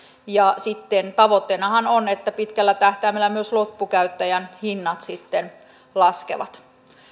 ja tavoitteenahan on että pitkällä tähtäimellä myös loppukäyttäjän hinnat sitten laskevat